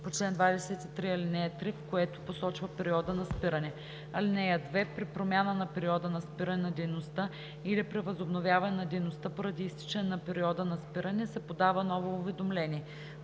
по чл. 23, ал. 3, в което посочва периода на спиране. (2) При промяна на периода на спиране на дейността или при възобновяване на дейността преди изтичане на периода на спиране, се подава ново уведомление.